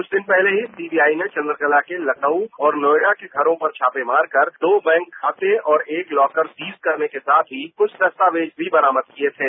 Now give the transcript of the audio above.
कुछ दिन पहले सीबीआई ने चन्द्रकला के लखनऊ और नोएडा के घरों पर छापे मारकर दो बैंक खाते और एक लॉकर सील करने के साथ ही कुछ दस्तावेज भी बरामद किए थे